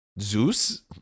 Zeus